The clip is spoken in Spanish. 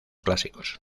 clásicos